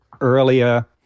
earlier